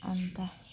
अन्त